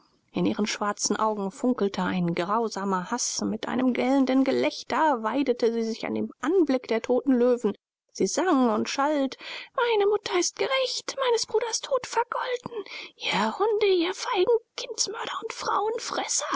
in ihren schwarzen augen funkelte ein grausamer haß mit einem gellenden gelächter weidete sie sich an dem anblick der toten löwen sie sang und schalt meine mutter ist gerächt meines bruders tod vergolten ihr hunde ihr feigen kindsmörder und